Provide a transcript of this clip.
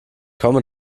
komme